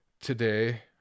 Today